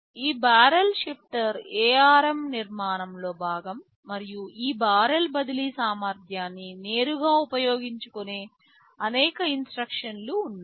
ఈ barrel shifter ARM నిర్మాణంలో భాగం మరియు ఈ బారెల్ బదిలీ సామర్థ్యాన్ని నేరుగా ఉపయోగించుకునే అనేక ఇన్స్ట్రక్షన్లు ఉన్నాయి